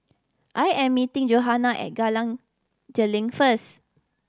I am meeting Johanna at first